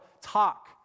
talk